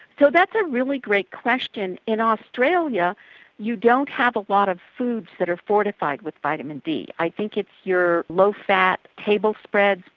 so that's a really great question. in australia you don't have a lot of foods that are fortified with vitamin d. i think it's your low-fat table spreads,